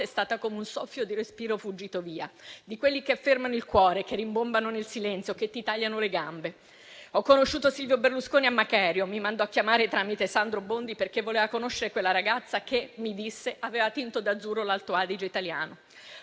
è stata come un soffio di respiro fuggito via, di quelli che fermano il cuore, che rimbombano nel silenzio, che ti tagliano le gambe. Ho conosciuto Silvio Berlusconi a Macherio: mi mandò a chiamare tramite Sandro Bondi perché voleva conoscere quella ragazza che - mi disse - aveva tinto d'azzurro l'Alto Adige italiano.